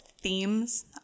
themes